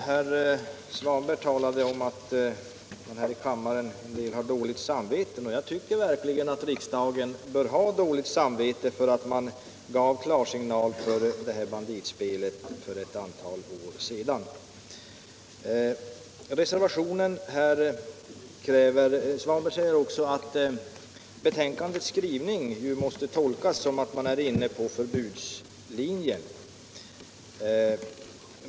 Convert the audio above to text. Herr talman! Herr Svanberg säger att några här i kammaren kanske har dåligt samvete. Jag tycker verkligen att riksdagen bör ha dåligt samvete för att den för ett antal år sedan gav klarsignal för det här banditspelet. Herr Svanberg säger också att skrivningen i betänkandet måste tolkas så att utskottet är inne på förbudslinjen.